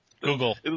Google